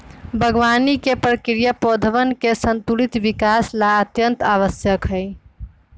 बागवानी के प्रक्रिया पौधवन के संतुलित विकास ला अत्यंत आवश्यक हई